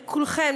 לכולכם,